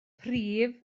prif